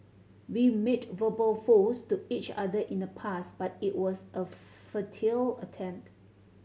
we made verbal vows to each other in the past but it was a futile attempt